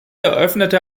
eröffnete